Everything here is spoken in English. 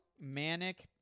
Manic